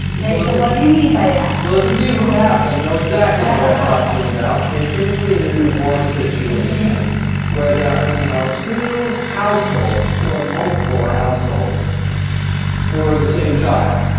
okay. so, and what do you mean by that? those of you who have them know exacly what i'm talking about. okay? typically and the divorce situation where there are now two households or multiple households for the same child.